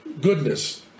goodness